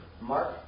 Mark